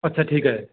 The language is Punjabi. ਅੱਛਾ ਠੀਕ ਹੈ